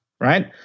right